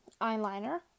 eyeliner